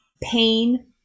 Pain